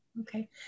Okay